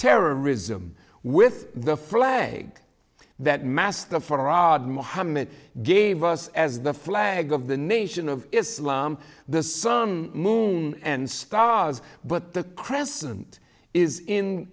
terrorism with the flag that master for odd mohammed gave us as the flag of the nation of islam the sun moon and stars but the crescent is in